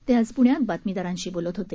ते आज प्ण्यात बातमीदारांशी बोलत होते